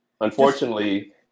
unfortunately